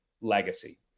legacy